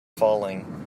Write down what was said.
falling